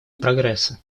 прогресса